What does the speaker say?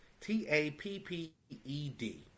T-A-P-P-E-D